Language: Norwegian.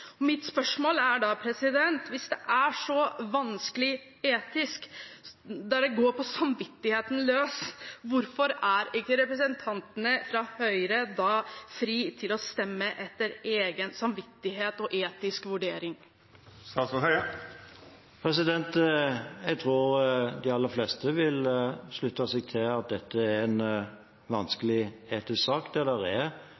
sak. Mitt spørsmål er da: Hvis det er så vanskelig etisk, der det går på samvittigheten løs, hvorfor er ikke representantene fra Høyre frie til å stemme etter egen samvittighet og etisk vurdering? Jeg tror de aller fleste vil slutte seg til at dette er en vanskelig etisk sak, der det er